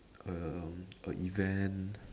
um a event